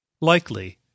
Likely